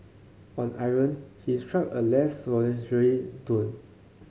on Iran his struck a less conciliatory tone